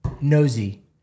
nosy